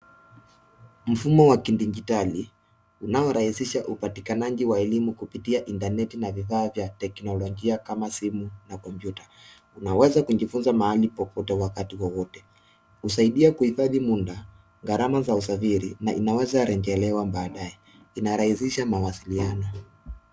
Mfumo wa kidijitali unaorahisisha upatikanaji wa elimu kupitia intaneti na vifaa vya teknolojia kama simu na kompyuta. Unaweza kujifunza mahali popote na wakati wowote. Husaidia kuhifadhi muda, gharama za usafiri na inaweza rejelewa baadaye. Inarahisisha mawasiliano.